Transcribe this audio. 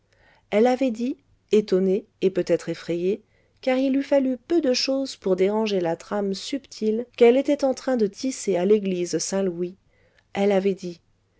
elle avait dit étonnée et peut-être effrayée car il eût fallu peu de chose pour déranger la trame subtile qu'elle était en train de tisser à l'église saint-louis elle avait dit